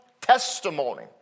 testimony